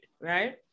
right